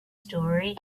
story